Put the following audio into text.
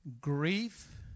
Grief